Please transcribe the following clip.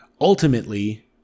Ultimately